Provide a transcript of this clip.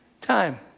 time